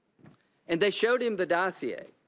and they showed him the dossier.